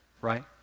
right